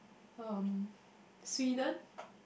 um Sweden